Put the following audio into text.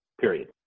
Period